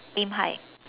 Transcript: aim high